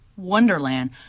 Wonderland